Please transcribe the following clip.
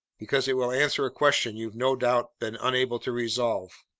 because it will answer a question you've no doubt been unable to resolve.